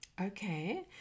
Okay